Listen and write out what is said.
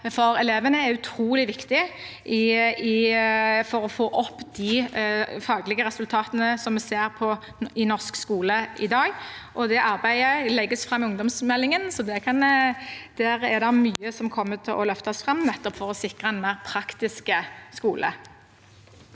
for elevene. Det er utrolig viktig for å få opp de faglige resultatene vi ser i norsk skole i dag. Det arbeidet legges fram i ungdomsmeldingen, så der er det mye som kommer til å løftes fram, nettopp for å sikre en mer praktisk skole.